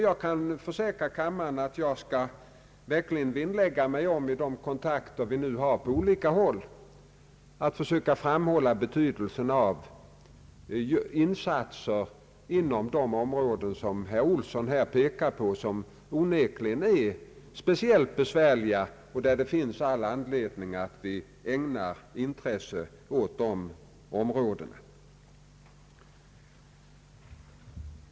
Jag kan försäkra kammarens ledamöter att jag verkligen skall vinnlägga mig om, med hjälp av de kontakter vi nu har på olika håll, att försöka framhålla betydelsen av insatser inom de områden som herr Olsson pekar på. De är onekligen speciellt besvärliga, och det finns all anledning att vi ägnar intresse åt dem.